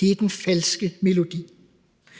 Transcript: Det er den falske melodi.